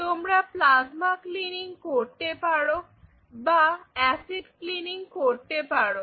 তোমরা plasma cleaning করতে পারো বা অ্যাসিড ক্লিনিং করতে পারো